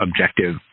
objective